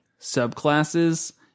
subclasses